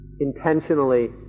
intentionally